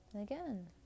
again